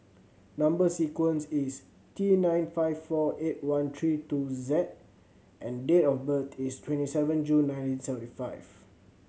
number sequence is T nine five four eight one three two Z and date of birth is twenty seven June nineteen seventy five